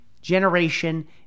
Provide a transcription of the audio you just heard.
generation